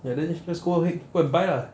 and then just go and make go and buy lah